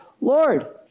Lord